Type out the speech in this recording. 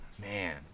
man